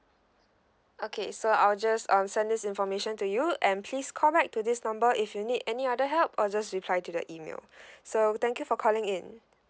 okay so I'll just I'll send this information to you and please call back to this number if you need any other help or just reply to the email so thank you for calling in